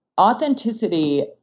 Authenticity